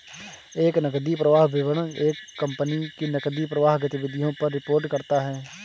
एक नकदी प्रवाह विवरण एक कंपनी की नकदी प्रवाह गतिविधियों पर रिपोर्ट करता हैं